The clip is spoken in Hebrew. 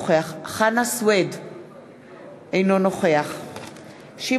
אינו נוכח חנא סוייד,